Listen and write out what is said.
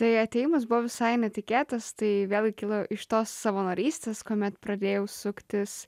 tai atėjimas buvo visai netikėtas tai vėlgi kilo iš tos savanorystės kuomet pradėjau suktis